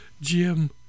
Jim